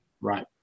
right